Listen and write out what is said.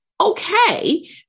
okay